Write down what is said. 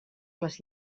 les